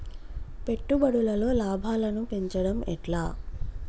పెట్టుబడులలో లాభాలను పెంచడం ఎట్లా?